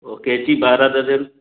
वो कैंची बारह दर्जन